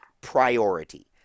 priority